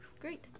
Great